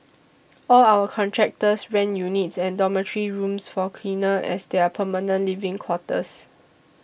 all our contractors rent units and dormitory rooms for cleaners as their permanent living quarters